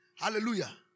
Hallelujah